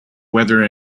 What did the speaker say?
weather